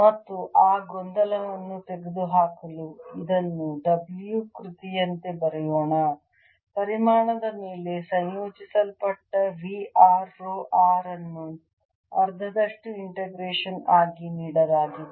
ಮತ್ತು ಆ ಗೊಂದಲವನ್ನು ತೆಗೆದುಹಾಕಲು ಇದನ್ನು W ಕೃತಿಯಂತೆ ಬರೆಯೋಣ ಪರಿಮಾಣದ ಮೇಲೆ ಸಂಯೋಜಿಸಲ್ಪಟ್ಟ V r ರೋ r ಅನ್ನು ಅರ್ಧದಷ್ಟು ಇಂಟಿಗ್ರೇಷನ್ ಆಗಿ ನೀಡಲಾಗಿದೆ